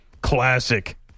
classic